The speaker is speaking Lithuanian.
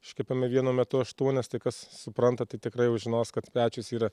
iškepiame vienu metu aštuonias tai kas supranta tai tikrai jau žinos kad pečius yra